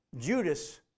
Judas